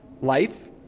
life